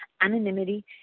anonymity